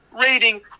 rating